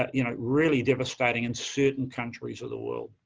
ah you know, really devastating and certain countries of the world.